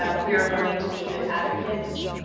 um we are learning to be good advocates,